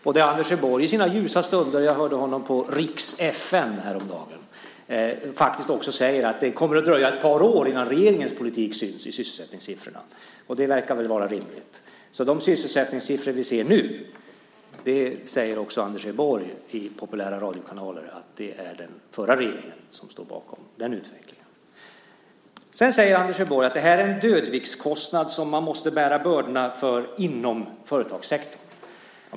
Anders Borg säger också i sina ljusa stunder - jag hörde honom i RIX FM häromdagen - att det kommer att dröja ett par år innan regeringens politik syns i sysselsättningssiffrorna. Och det verkar väl vara rimligt. De sysselsättningssiffror som vi ser nu står den förra regeringen bakom. Det säger också Anders Borg i populära radiokanaler. Sedan säger Anders Borg att detta är en dödviktskostnad som man måste bära bördorna för inom företagssektorn.